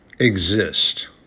exist